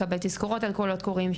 אפשר לקבל תזכורות על קולות קוראים,